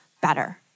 better